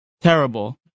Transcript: Terrible